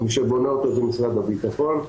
מי שבונה אותו זה משרד הביטחון.